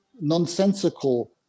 nonsensical